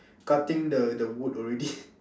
cutting the the wood already